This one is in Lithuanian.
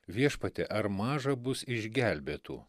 viešpatie ar maža bus išgelbėtų